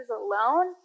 alone